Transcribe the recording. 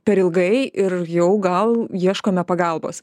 per ilgai ir jau gal ieškome pagalbos